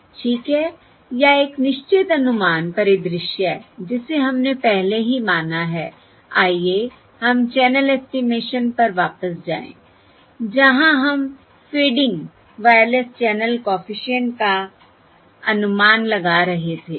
ठीक है या एक निश्चित अनुमान परिदृश्य जिसे हमने पहले ही माना है आइए हम चैनल ऐस्टीमेशन पर वापस जाएं जहां हम फेडिंग वायरलेस चैनल कॉफिशिएंट का अनुमान लगा रहे थे